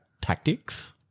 tactics